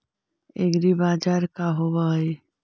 एग्रीबाजार का होव हइ?